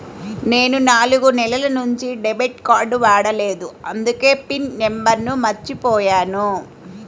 నేను నాలుగు నెలల నుంచి డెబిట్ కార్డ్ వాడలేదు అందుకే పిన్ నంబర్ను మర్చిపోయాను